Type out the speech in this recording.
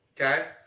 okay